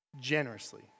generously